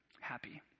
happy